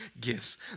gifts